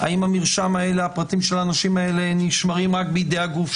זה אינטרס של המדינה הרבה פעמים שהאנשים האלה יקבלו שירותים דיגיטליים.